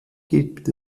gibt